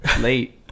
late